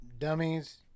dummies